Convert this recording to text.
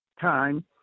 time